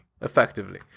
effectively